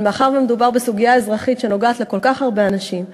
אבל מדובר בסוגיה אזרחית שנוגעת לכל כך הרבה אנשים.